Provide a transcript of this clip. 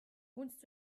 wohnst